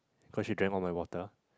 cause she drank all my water